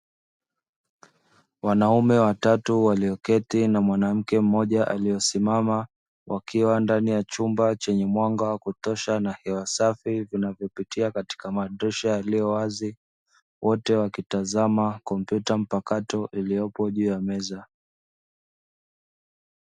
Wanaume watatu walioketi na mwanamke mmoja aliyesimama wakiwa ndani ya chumba chenye mwanga wa kutosha na hewa safi vinavyopitia katika madirisha yaliyowazi, wote wakitizama kompyuta mpakato iliyopo juu ya meza.